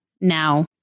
now